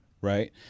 Right